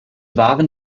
waren